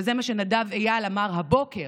וזה מה שנדב אייל אמר הבוקר: